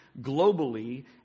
globally